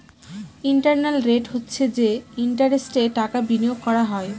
internal rate হচ্ছে যে ইন্টারেস্টে টাকা বিনিয়োগ করা হয়